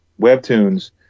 Webtoons